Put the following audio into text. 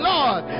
Lord